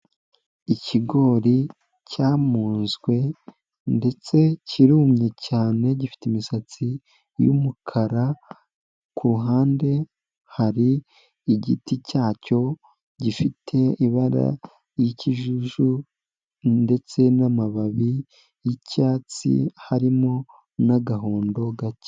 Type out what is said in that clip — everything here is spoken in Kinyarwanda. Ikigori cyamuzwe ndetse kirumye cyane gifite imisatsi y'umukara, ku ruhande hari igiti cyacyo gifite ibara ryi'ikijuju ndetse n'amababi y'icyatsi harimo n'agahondo gake.